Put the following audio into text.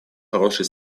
хороший